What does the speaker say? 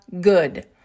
good